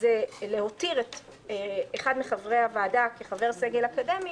זה להותיר את אחד מחברי הוועדה כחבר סגל אקדמי,